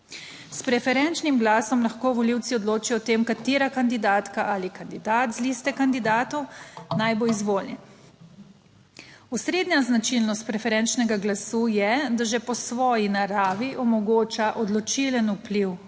S preferenčnim glasom lahko volivci odločijo o tem, katera kandidatka ali kandidat z liste kandidatov naj bo izvoljen. Osrednja značilnost preferenčnega glasu je, da že po svoji naravi omogoča odločilen vpliv